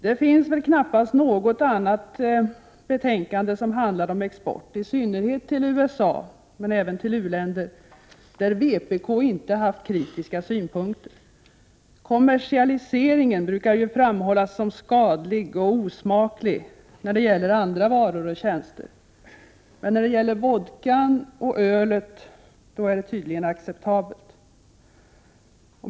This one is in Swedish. Det finns knappast något annat betänkande som handlar om export, i synnerhet till USA, men även till u-länder, som inte vpk haft kritiska synpunkter på. Kommersialiseringen brukar framhållas som skadlig och osmaklig när det gäller andra varor och tjänster. Men när det är fråga om vodkan och ölet är den tydligen acceptabel.